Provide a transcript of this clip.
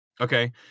Okay